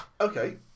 Okay